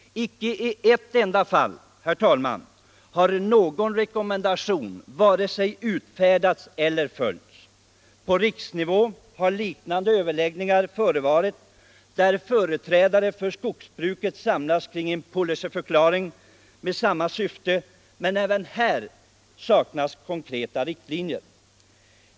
Inte i ett enda fall, herr talman, har någon rekommendation vare sig utfärdats eller följts. På riksnivå har liknande överläggningar förevarit, där företrädare för skogsbruket samlats kring en policyförklaring med samma syfte, men även här saknas konkreta riktlinjer.